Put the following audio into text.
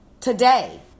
today